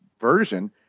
version